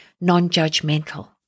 non-judgmental